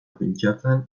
pentsatzen